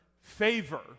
favor